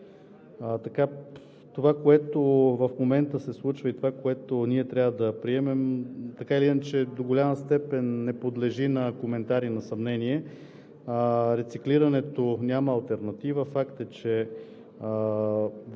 това, което в момента се случва, и онова, което ние трябва да приемем, до голяма степен не подлежи на коментар и на съмнение. Рециклирането няма алтернатива. Факт е, че